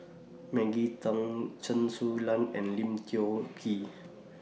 Maggie Teng Chen Su Lan and Lim Tiong Ghee